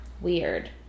weird